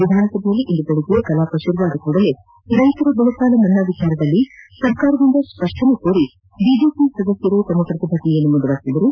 ವಿಧಾನಸಭೆಯಲ್ಲಿ ಇಂದು ಬೆಳಗ್ಗೆ ಕಲಾಪ ಆರಂಭವಾದ ಕೂಡಲೇ ರೈತರ ಬೆಳೆ ಸಾಲ ಮನ್ನಾ ವಿಚಾರದಲ್ಲಿ ಸರ್ಕಾರದಿಂದ ಸ್ಪಷ್ಟನೆ ಕೋರಿ ಬಿಜೆಪಿ ಸದಸ್ಯರು ತಮ್ಮ ಪ್ರತಿಭಟನೆಯನ್ನು ಮುಂದುವರಿಸಿದರು